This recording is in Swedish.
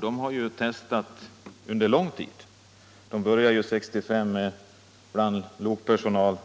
SJ har testat under lång tid. Man började 1965 med bl.a. lokpersonal,